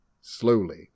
slowly